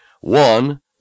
one